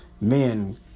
men